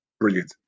brilliant